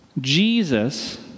Jesus